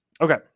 Okay